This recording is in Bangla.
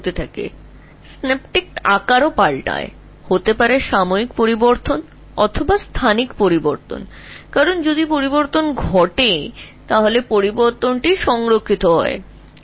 তারা ফায়ারিং করে যায় সিনাপটিক আকার পরিবর্তন হয় এটি সাময়িক পরিবর্তন বা স্থানিক পরিবর্তন হতে পারে কারণ যদি এটি পরিবর্তন হয় তবে সেই পরিবর্তনটি সংরক্ষিত থাকে